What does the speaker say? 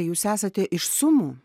jūs esate iš sumų